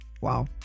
wow